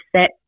set